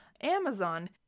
amazon